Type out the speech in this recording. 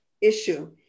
issue